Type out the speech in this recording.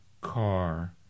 car